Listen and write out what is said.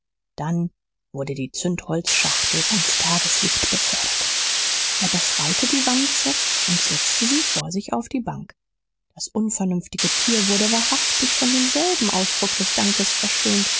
dann wurde die zündholzschachtel ans tageslicht befördert er befreite die wanze und setzte sie vor sich auf die bank das unvernünftige tier wurde wahrhaftig von demselben ausdruck des dankes verschönt